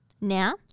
Now